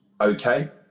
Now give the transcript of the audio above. okay